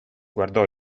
guardò